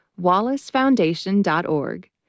wallacefoundation.org